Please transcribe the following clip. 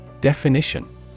Definition